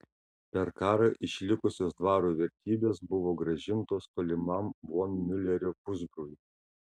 per karą išlikusios dvaro vertybės buvo grąžintos tolimam von miulerio pusbroliui